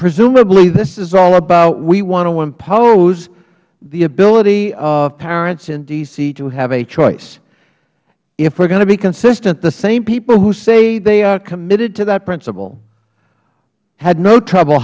presumably this is all about we want to impose the ability of parents in d c to have a choice if we are going to be consistent the same people who say they are committed to that principle had no trouble